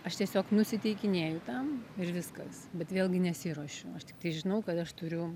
aš tiesiog nusiteikinėju tam ir viskas bet vėlgi nesiruošiu aš tiktai žinau kad aš turiu